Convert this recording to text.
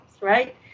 right